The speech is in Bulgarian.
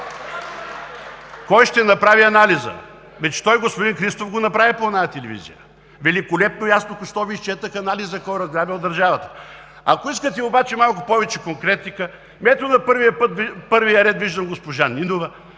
кой ще направи анализа? Господин Христов го направи по онази телевизия великолепно и ясно. Току-що Ви изчетох анализа кой е разграбил държавата. Ако искате обаче малко повече конкретика – ето на първия ред виждам госпожа Нинова,